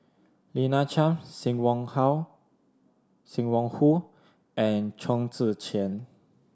Lina Chiam Sim Wong How Sim Wong Hoo and Chong Tze Chien